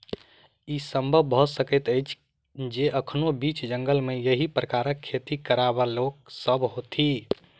ई संभव भ सकैत अछि जे एखनो बीच जंगल मे एहि प्रकारक खेती करयबाला लोक सभ होथि